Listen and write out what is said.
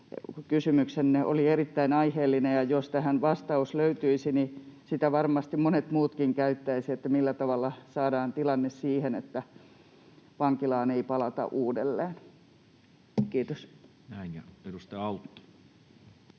kysymyksenne oli erittäin aiheellinen, ja jos tähän vastaus löytyisi, että millä tavalla saadaan tilanne siihen, että vankilaan ei palata uudelleen, niin